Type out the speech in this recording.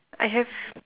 I have